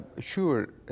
Sure